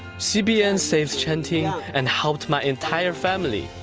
cbn saved chinching and helped my entire family.